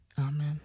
amen